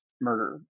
murder